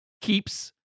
keeps